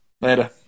Later